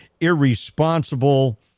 irresponsible